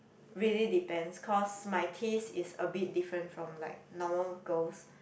really depends cause my taste is a bit different from like normal girls